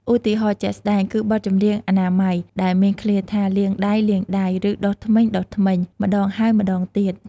ឧទាហរណ៍ជាក់ស្ដែង គឺបទចម្រៀងអនាម័យដែលមានឃ្លាថា "លាងដៃ... លាងដៃ" ឬ "ដុសធ្មេញ... ដុសធ្មេញ" ម្តងហើយម្តងទៀត។